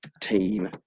team